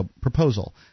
proposal